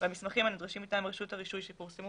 והמסמכים הנדרשים מטעם רשות הרישוי שפורסמו